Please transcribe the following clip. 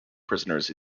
prisoners